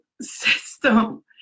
system